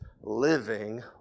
living